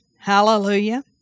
Hallelujah